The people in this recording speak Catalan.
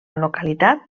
localitat